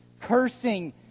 cursing